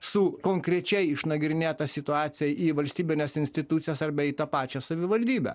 su konkrečia išnagrinėta situacija į valstybines institucijas arba į tą pačią savivaldybę